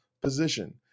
position